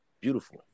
Beautiful